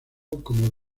como